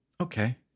Okay